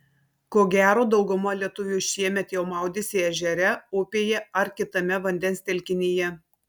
ko gero dauguma lietuvių šiemet jau maudėsi ežere upėje ar kitame vandens telkinyje